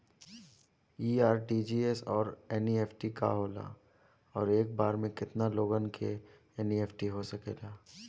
इ आर.टी.जी.एस और एन.ई.एफ.टी का होला और एक बार में केतना लोगन के एन.ई.एफ.टी हो सकेला?